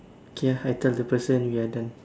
okay ah I tell the person we are done